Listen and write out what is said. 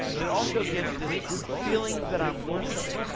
but it also gives this feeling that i'm worth it.